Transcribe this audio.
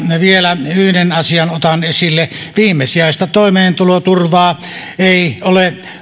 vielä yhden asian otan esille viimesijaista toimeentuloturvaa ei ole